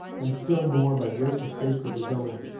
and still more by great mistakes of his own,